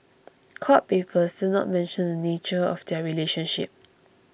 court papers did not mention the nature of their relationship